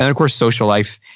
and of course, social life.